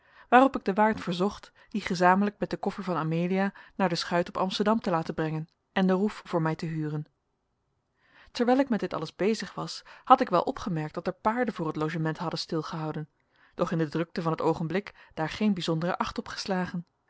waarop ik den waard verzocht die gezamenlijk met den koffer van amelia naar de schuit op amsterdam te laten brengen en de roef voor mij te huren terwijl ik met dit alles bezig was had ik wel opgemerkt dat er paarden voor het logement hadden stilgehouden doch in de drukte van het oogenblik daar geen bijzondere acht